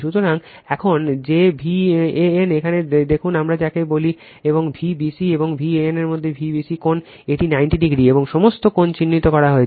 সুতরাং এখন যে ভ্যানটি এখানে দেখুন আমরা যাকে বলি এবং Vbc এবং ভ্যানের মধ্যে Vbc কোণ এটি 90o এবং সমস্ত কোণ চিহ্নিত করা হয়েছে